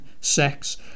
sex